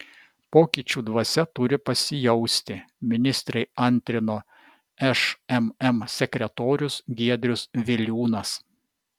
pokyčių dvasia turi pasijausti ministrei antrino šmm sekretorius giedrius viliūnas